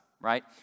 right